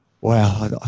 Wow